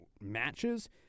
matches